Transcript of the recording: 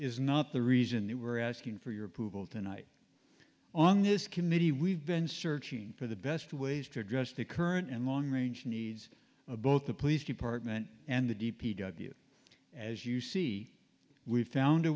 is not the reason they were asking for your approval tonight on this committee we've been searching for the best ways to address the current and long range needs of both the police department and the d p w as you see we've found a